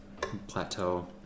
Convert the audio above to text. plateau